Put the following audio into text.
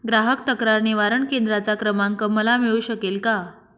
ग्राहक तक्रार निवारण केंद्राचा क्रमांक मला मिळू शकेल का?